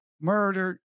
murdered